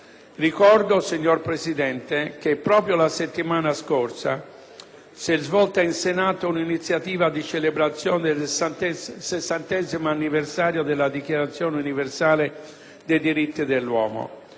Ricordo, signor Presidente, che proprio la settimana scorsa si è svolta in Senato un'iniziativa di celebrazione del sessantesimo anniversario della Dichiarazione universale dei diritti dell'uomo.